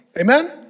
Amen